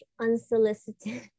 unsolicited